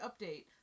update